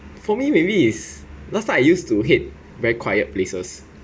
for me maybe is last time I used to hate very quiet places